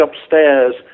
upstairs